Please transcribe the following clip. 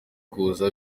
kuza